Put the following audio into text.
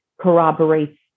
corroborates